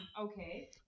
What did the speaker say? Okay